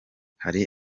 hari